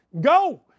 go